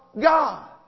God